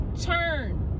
turn